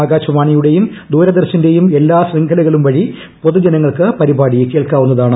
ആകാശവാണിയുടെയും ദൂരദർശന്റെയും എല്ലാ ശൃംഖലക്കളുംവ്ഴി പൊതുജന ങ്ങൾക്ക് പരിപാടി കേൾക്കാവ്യുന്നുതാണ്